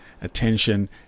attention